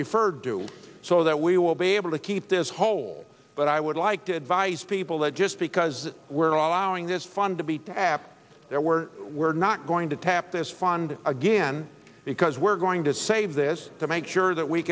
referred to so that we will be able to keep this hole but i would like to advise people that just because we're allowing this fund to be to after there we're we're not going to tap this fund again because we're going to save this to make sure that we